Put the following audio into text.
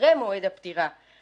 אחרי מועד הפטירה.